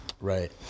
Right